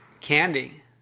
Candy